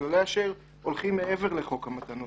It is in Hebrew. כללי אָשֵר הולכים מעבר לחוק המתנות,